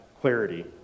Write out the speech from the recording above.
clarity